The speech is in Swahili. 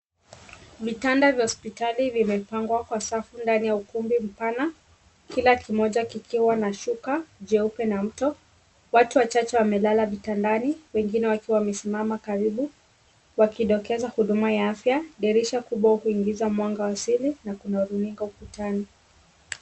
Vitanda vya hospitali vimepangwa kwa safu ndani ya ukumbi mpana, kila kimoja kikiwa na shuka jeupe na mto. Watu wachache wamelala vitandani, wengine wakiwa wamesimama karibu, kwa kidokeza ku huduma ya afya. Dirisha kubwa kuingiza mwanga wa asili, na kuna runinga ukutani.